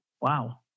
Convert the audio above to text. Wow